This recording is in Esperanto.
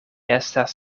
estas